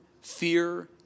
fear